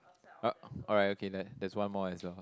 oh alright okay there there's one more as well